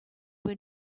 were